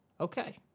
Okay